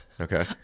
Okay